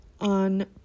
on